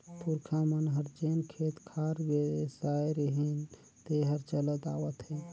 पूरखा मन हर जेन खेत खार बेसाय रिहिन तेहर चलत आवत हे